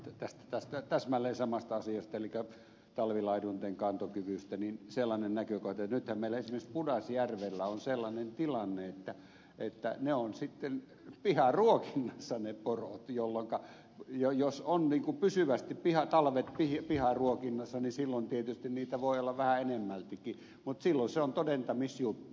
vielä ihan täsmälleen samasta asiasta elikkä talvilaidunten kantokyvystä sellainen näkökohta että nythän meillä esimerkiksi pudasjärvellä on sellainen tilanne että ne porot ovat piharuokinnassa jolloinka jos ne ovat pysyvästi talvet piharuokinnassa niin silloin tietysti niitä voi olla vähän enemmältikin mutta silloin se on todentamisjuttu